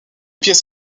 pièces